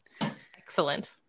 Excellent